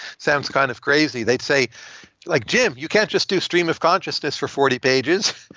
sounds kind of crazy. they'd say like, jim, you can't just do stream of consciousness for forty pages.